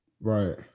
Right